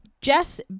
Jess